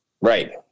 right